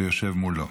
שיושב מולו.